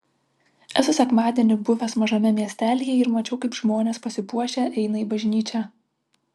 esu sekmadienį buvęs mažame miestelyje ir mačiau kaip žmonės pasipuošę eina į bažnyčią